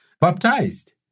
baptized